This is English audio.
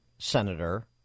Senator